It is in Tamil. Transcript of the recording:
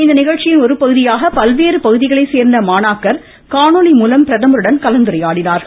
இந்நிகழ்ச்சியின் ஒருபகுதியாக பல்வேறு பகுதிகளை சே்ந்த மாணாக்கர் காணொலி மூலம் பிரதமருடன் கலந்துரையாடினார்கள்